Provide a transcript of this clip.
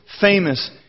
famous